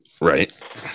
Right